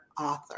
author